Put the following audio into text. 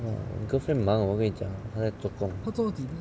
我 girlfriend 忙我给你讲了她在做工